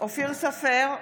אופיר סופר,